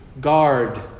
guard